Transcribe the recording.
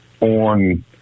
on